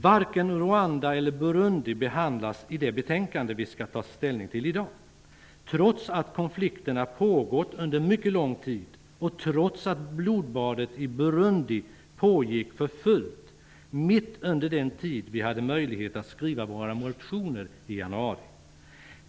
Varken Rwanda eller Burundi behandlas i det betänkande vi skall ta ställning till i dag, trots att konflikterna pågått under mycket lång tid och trots att blodbadet i Burundi pågick för fullt mitt under den tid vi hade möjlighet att skriva våra motioner i januari.